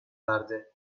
verdi